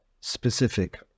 specific